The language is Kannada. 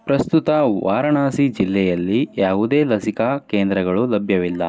ಪ್ರಸ್ತುತ ವಾರಣಾಸಿ ಜಿಲ್ಲೆಯಲ್ಲಿ ಯಾವುದೇ ಲಸಿಕಾ ಕೇಂದ್ರಗಳು ಲಭ್ಯವಿಲ್ಲ